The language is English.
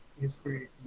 history